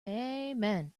amen